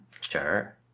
Sure